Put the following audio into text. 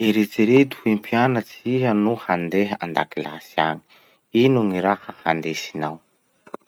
Eritsereto hoe mpianatsy iha no handeha andakilasy agny. Ino gny raha handesinao?